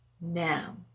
now